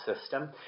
system